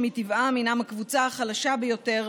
שמטבעם הינם הקבוצה החלשה ביותר,